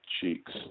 cheeks